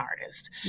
artist